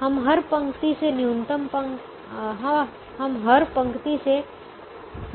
हम हर पंक्ति से